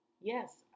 yes